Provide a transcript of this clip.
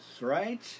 right